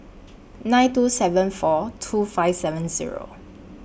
nine two seven four two five seven Zero